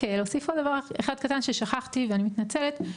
להוסיף עוד דבר אחד קטן ששכחתי ואני מתנצלת,